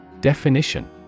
Definition